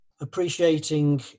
Appreciating